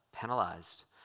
penalized